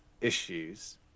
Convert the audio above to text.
issues